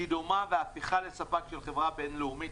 קידומה והפיכה לספק של חברה בין-לאומית.